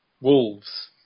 wolves